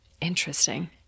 Interesting